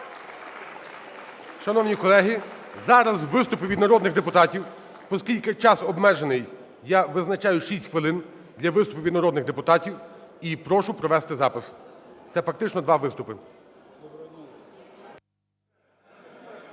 Шановні колеги, зараз виступи від народних депутатів. Оскільки час обмежений, я визначаю 6 хвилин для виступів від народних депутатів. І прошу провести запис. Це фактично два виступи.